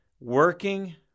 working